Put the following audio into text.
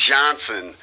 Johnson